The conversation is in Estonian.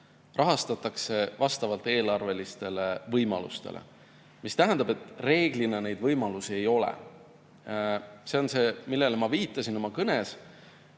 rahastatakse vastavalt eelarvelistele võimalustele, mis tähendab, et reeglina neid võimalusi ei ole. See on see, millele ma viitasin oma kõnes,